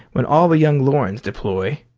when all the young lorens deploy.